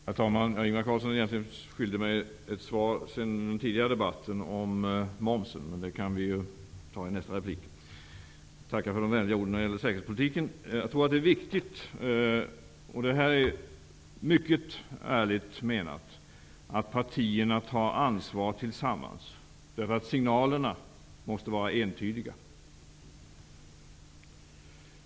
Herr talman! Egentligen är Ingvar Carlsson skyldig mig ett svar om momsen sedan den tidigare debatten, men det kan han ju ta i nästa replik. Jag tackar för de vänliga orden om säkerhetspolitiken. Jag tror det är viktigt -- och det här är mycket ärligt menat -- att partierna tar ansvar tillsammans. Signalerna måste vara entydiga.